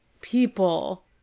people